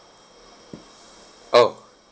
oh